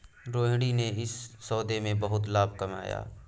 रोहिणी ने इस सौदे में बहुत लाभ कमाया